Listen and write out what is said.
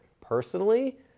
Personally